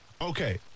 okay